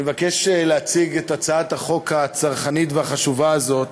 אני מבקש להציג את הצעת החוק הצרכנית והחשובה הזו,